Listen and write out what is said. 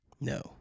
No